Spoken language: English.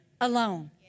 alone